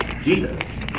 Jesus